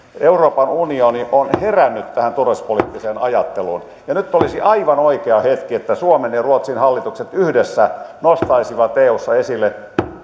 euroopan unioni on herännyt tähän turvallisuuspoliittiseen ajatteluun ja nyt olisi aivan oikea hetki että suomen ja ruotsin hallitukset yhdessä nostaisivat eussa esille